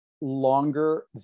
longer